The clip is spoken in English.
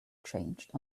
changed